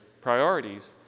priorities